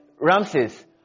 ramses